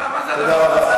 תודה רבה.